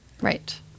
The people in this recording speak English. right